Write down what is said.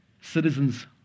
citizens